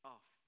Off